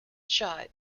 shot